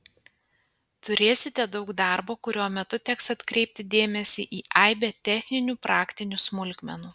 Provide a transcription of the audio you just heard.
turėsite daug darbo kurio metu teks atkreipti dėmesį į aibę techninių praktinių smulkmenų